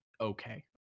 okay